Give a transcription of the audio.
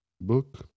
book